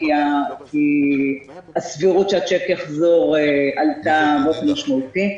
כי הסבירות שהצ'ק יחזור עלתה באופן משמעותי.